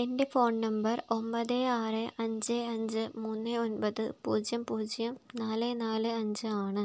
എന്റെ phone number ഒമ്പത് ആറ് അഞ്ച് അഞ്ച് മൂന്ന് ഒൻപത് പൂജ്യം പൂജ്യം നാല് നാല് അഞ്ച് ആണ്